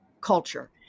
culture